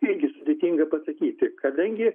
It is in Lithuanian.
irgi sudėtinga pasakyti kadangi